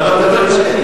למה אתה לא יושב?